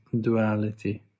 duality